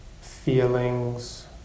feelings